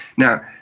now,